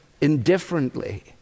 indifferently